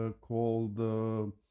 called